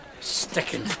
sticking